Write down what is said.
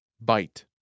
Bite